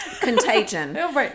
Contagion